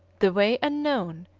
the way unknown,